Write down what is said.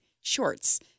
shorts